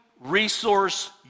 resource